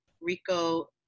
Rico